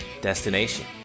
destination